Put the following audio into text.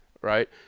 Right